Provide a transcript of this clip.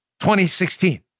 2016